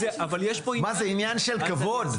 מה זה עניינכם בכלל?